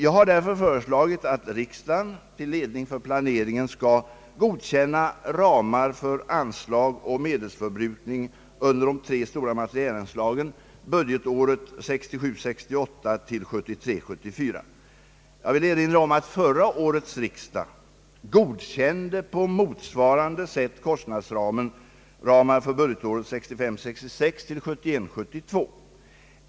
Jag har därför föreslagit att riksdagen till ledning för planeringen skall godkänna ramar för medelsförbrukningen under de tre stora materielanslagen för budgetåren 1967 74. Jag vill erinra om att föregående års riksdag på motsvarande sätt godkände kostnadsramar för budgetåren 1965 72.